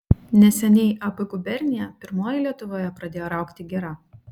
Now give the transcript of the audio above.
neseniai ab gubernija pirmoji lietuvoje pradėjo raugti girą